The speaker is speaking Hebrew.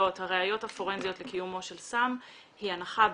הראיות הפורנזיות לקיומו של סם היא הנחה בעייתית.